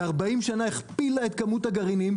ב-40 שנה הכפילה את כמות הגרעינים.